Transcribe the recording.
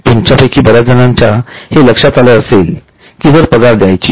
तुमच्या पैकी बऱ्याच जणांच्या हे लक्षात आले असेल कि जर पगार द्यायची आहे